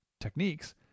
techniques